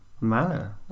manner